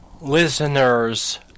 listeners